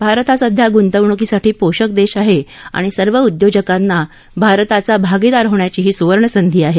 भारत हा सध्या गुंतवणुकीसाठी पोषक देश आहे आणि सर्व उदयोजकांना भारताचा भागीदार होण्याची ही सुवर्ण संधी आहे